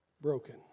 broken